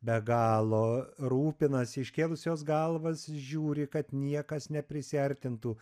be galo rūpinasi iškėlusios galvas žiūri kad niekas neprisiartintų